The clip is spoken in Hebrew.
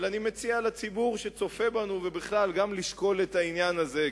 אבל אני מציע לציבור שצופה בנו לשקול גם את העניין הזה.